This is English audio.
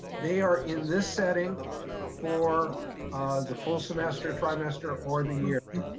they are in this setting for the full semester, trimester or the year,